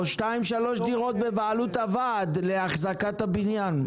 או שתיים-שלוש דירות בבעלות הוועד, לאחזקת הבניין.